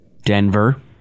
Denver